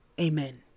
amen